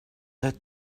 that